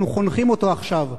אנחנו חונכים אותו עכשיו: